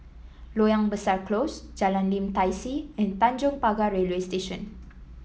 Loyang Besar Close Jalan Lim Tai See and Tanjong Pagar Railway Station